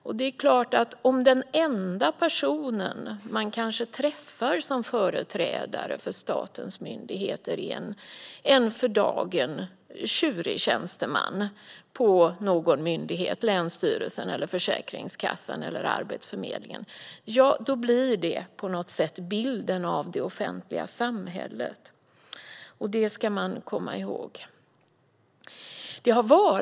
Om den enda person som man träffar som företrädare för statens myndigheter är en för dagen tjurig tjänsteman på någon myndighet - länsstyrelsen, Försäkringskassan eller Arbetsförmedlingen - är det klart att det på något sätt blir bilden av det offentliga samhället. Det ska vi komma ihåg.